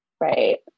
right